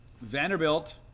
Vanderbilt